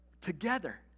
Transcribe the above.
together